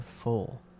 full